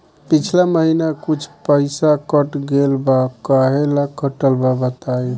पिछला महीना कुछ पइसा कट गेल बा कहेला कटल बा बताईं?